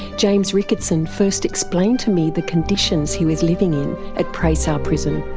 james ricketson first explained to me the conditions he was living in at prey sar prison.